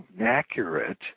accurate